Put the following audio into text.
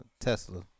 Tesla